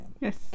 Yes